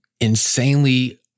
insanely